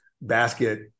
basket